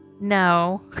No